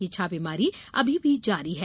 ये छापेमारी अभी भी जारी है